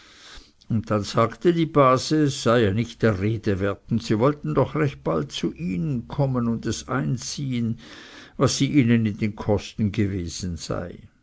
und dann sagte die base es sei ja nicht der rede wert und sie sollten doch recht bald zu ihnen kommen und es ein ziehen was sie ihnen in den kosten gewesen sei